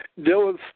Dylan